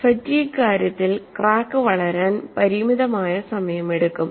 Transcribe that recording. fatigue കാര്യത്തിൽ crack വളരാൻ പരിമിതമായ സമയമെടുക്കും